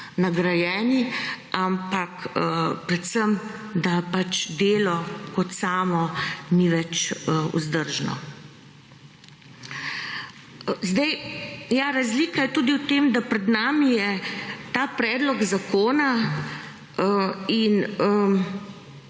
nagrajeni, ampak predvsem, da delo kot samo ni več vzdržno. Ja, razlika je tudi v tem, da pred nami je ta predlog zakona in